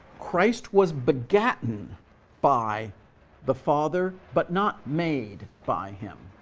christ was begotten by the father, but not made by him.